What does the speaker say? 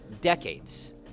decades